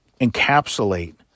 encapsulate